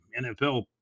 nfl